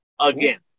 again